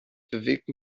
bewegten